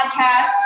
podcast